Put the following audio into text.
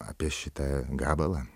apie šitą gabalą